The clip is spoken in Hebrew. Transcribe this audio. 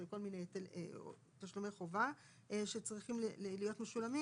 אלו כל מיני תשלומי חובה שצריכים להיות משולמים